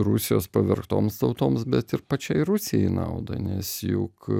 rusijos pavergtoms tautoms bet ir pačiai rusijai į naudą nes juk